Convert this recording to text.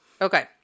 Okay